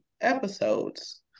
episodes